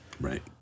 Right